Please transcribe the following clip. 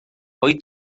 wyt